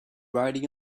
riding